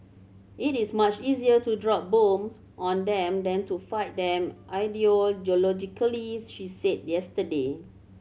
it is much easier to drop bombs on them than to fight them ideologically she said yesterday